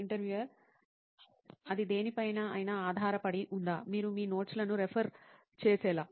interviewer అది దేనిపైన అయినా ఆధారపడి ఉందా మీరు మీ నోట్స్ లను రెఫర్ చేసేలా